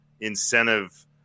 incentive